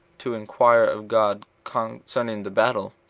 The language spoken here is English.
to inquire of god concerning the battle,